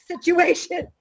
situation